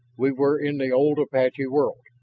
we were in the old apache world.